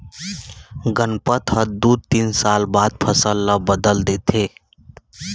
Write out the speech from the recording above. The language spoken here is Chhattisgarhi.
गनपत ह दू तीन साल बाद फसल ल बदल देथे